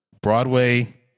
Broadway